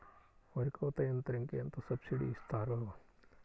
వరి కోత యంత్రంకి ఎంత సబ్సిడీ ఇస్తారు?